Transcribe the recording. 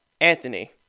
Anthony